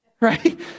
Right